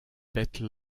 bêtes